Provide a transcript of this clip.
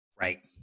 Right